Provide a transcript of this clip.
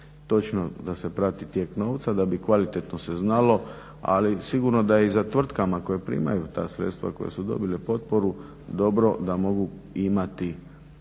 Točno da se prati tijek novca da bi kvalitetno se znalo, ali sigurno da je i za tvrtkama koje primaju ta sredstva, koje su dobile potporu dobro da mogu imati kvalitetnu